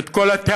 ואת כל הטעמים,